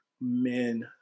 men